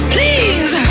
Please